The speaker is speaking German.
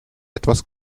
etwas